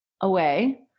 away